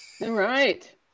right